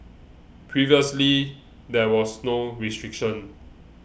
previously there was no restriction